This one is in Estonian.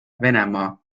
venemaa